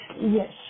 yes